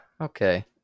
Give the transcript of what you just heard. okay